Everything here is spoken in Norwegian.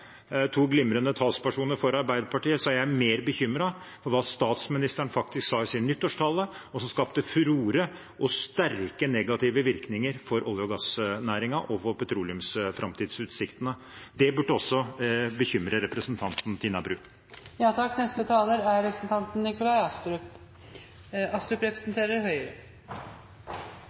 to glimrende talspersoner for Arbeiderpartiet, så er jeg mer bekymret for hva statsministeren faktisk sa i sin nyttårstale, og som skapte furore og sterke negative virkninger for olje- og gassnæringen og for petroleumsframtidsutsiktene. Det burde også bekymre representanten Tina Bru. Det er besynderlig når representanten